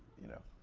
you know.